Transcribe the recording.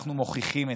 אנחנו מוכיחים אתכם.